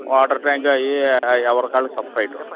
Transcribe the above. water tank అవి అవి ఎవరికి వాళ్ళకు సెపరేట్ ఉంటుంది